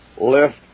left